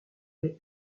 les